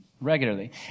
regularly